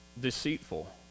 Deceitful